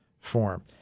form